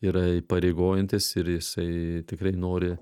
yra įpareigojantys ir jisai tikrai nori